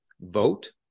vote